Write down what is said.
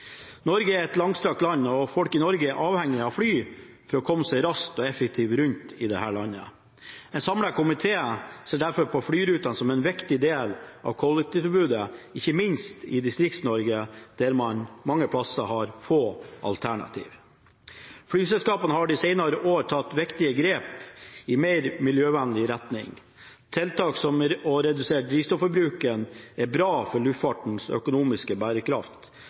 Norge er et langstrakt land, og folk i Norge er avhengige av fly for å komme seg raskt og effektivt rundt i dette landet. En samlet komité ser derfor på flyrutene som en viktig del av kollektivtilbudet, ikke minst i Distrikts-Norge, der man mange plasser har få alternativer. Flyselskapene har de senere år tatt viktige grep i mer miljøvennlig retning. Tiltak som å redusere drivstoffbruken er bra for luftfartens økonomiske bærekraft,